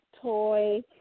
toy